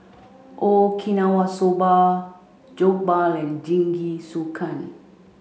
Okinawa Soba Jokbal and Jingisukan